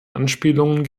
anspielungen